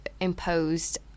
imposed